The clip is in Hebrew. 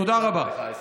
תודה רבה.